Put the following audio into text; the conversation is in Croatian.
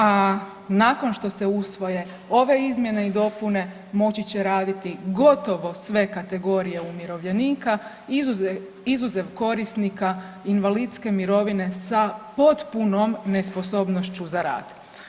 A nakon što se usvoje ove izmjene i dopune, moći će raditi gotovo sve kategorije umirovljenika, izuzev korisnika invalidske mirovine sa potpunom nesposobnošću za rad.